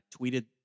tweeted